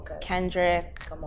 Kendrick